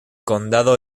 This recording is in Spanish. condado